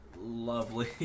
lovely